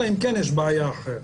אלא אם כן יש בעיה אחרת.